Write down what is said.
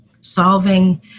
solving